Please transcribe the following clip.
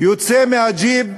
יוצא מהג'יפ,